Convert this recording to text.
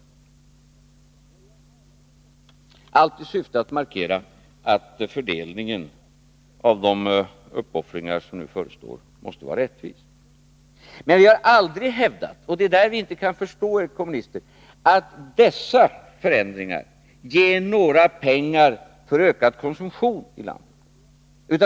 Allt detta föreslår vi i syfte att markera att fördelningen av uppoffringarna måste vara rättvis. Men vi har aldrig hävdat — och det är där vi inte kan förstå er kommunister — att dessa förändringar ger några pengar för ökad konsumtion i landet.